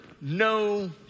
no